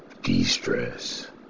de-stress